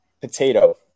potato